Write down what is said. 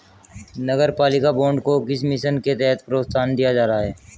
नगरपालिका बॉन्ड को किस मिशन के तहत प्रोत्साहन दिया जा रहा है?